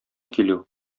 килү